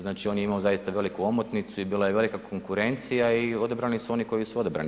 Znači on je imao zaista veliku omotnicu i bila je velika konkurencija i odabrani su oni koji su odabrani.